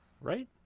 right